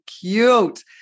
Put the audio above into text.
cute